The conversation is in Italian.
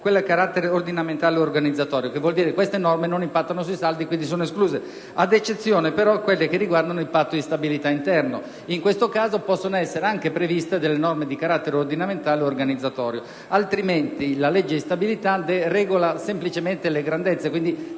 quelle a carattere ordinamentale ovvero organizzatorio»: ciò vuol dire che queste norme non impattano sui saldi, quindi sono escluse, ad eccezione, però, di quelle che riguardano il Patto di stabilità interno. In questo caso possono essere anche previste delle norme di carattere ordinamentale o organizzatorio. A parte questo caso, la legge di stabilità regola semplicemente le grandezze,